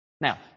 Now